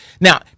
Now